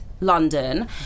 London